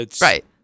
Right